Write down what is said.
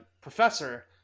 professor